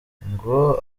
ngo